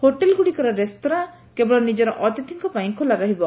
hotel ଗୁଡ଼ିକର restaurant କେବଳ ନିକର ଅତିଥିଙ୍କ ପାଇଁ ଖୋଲା ରହିବ